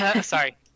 sorry